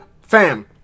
fam